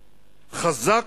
חזק,